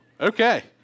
Okay